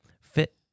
fit